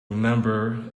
remember